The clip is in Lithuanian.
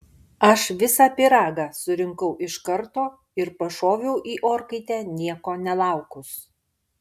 aš visą pyragą surinkau iš karto ir pašoviau į orkaitę nieko nelaukus